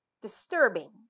disturbing